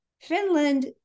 Finland